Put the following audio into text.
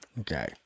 Okay